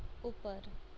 ઉપર